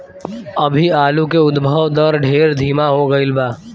अभी आलू के उद्भव दर ढेर धीमा हो गईल बा